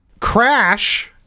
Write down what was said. Crash